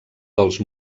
dels